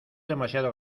demasiado